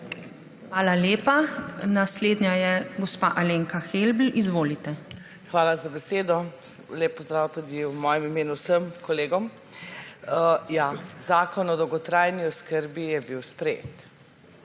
Hvala lepa. Naslednja je gospa Alenka Helbl. Izvolite. ALENKA HELBL (PS SDS): Hvala za besedo. Lep pozdrav tudi v mojem imenu vsem kolegom! Zakon o dolgotrajni oskrbi je bil sprejet.